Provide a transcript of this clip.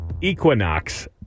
equinox